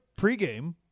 pregame